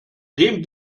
dem